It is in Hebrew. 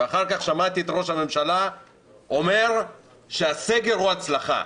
אחר כך שמעתי את ראש הממשלה אומר שהסגר הוא הצלחה.